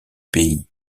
pays